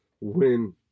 win